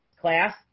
class